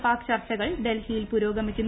പാക് ചർച്ചകൾ ഡൽഹിയിൽ പുരോഗമിക്കുന്നു